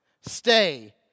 stay